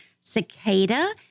Cicada